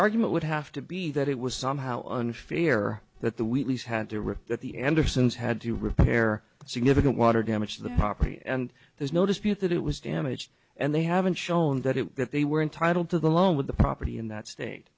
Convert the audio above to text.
argument would have to be that it was somehow unfair that the wheatley's had to rip that the andersons had to repair significant water damage to the property and there's no dispute that it was damaged and they haven't shown that it that they were entitled to the loan with the property in that state